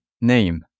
name